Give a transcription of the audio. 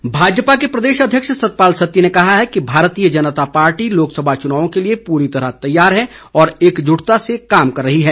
सत्ती भाजपा के प्रदेश अध्यक्ष सतपाल सत्ती ने कहा है कि भारतीय जनता पार्टी लोकसभा चुनाव के लिए पूरी तरह तैयार है और एकजुटता से कार्य कर रही है